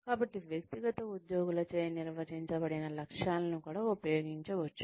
కాబట్టి వ్యక్తిగత ఉద్యోగులచే నిర్వచించబడిన లక్ష్యాలను కూడా ఉపయోగించవచ్చు